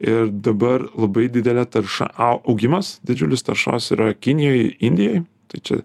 ir dabar labai didelė tarša au augimas didžiulis taršos yra kinijoj indijoj tai čia